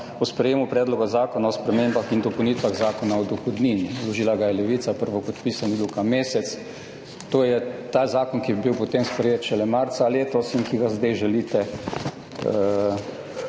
o sprejemu Predloga zakona o spremembah in dopolnitvah Zakona o dohodnini. Vložila ga je Levica, prvopodpisani Luka Mesec. To je ta zakon, ki je bil potem sprejet šele marca letos in ki ga zdaj želite